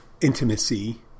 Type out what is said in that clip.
intimacy